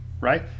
right